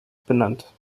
benannt